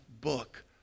book